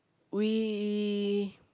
we